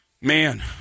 man